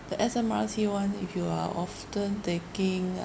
the S_M_R_T [one] if you are often taking